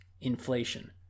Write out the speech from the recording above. inflation